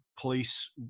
police